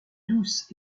douce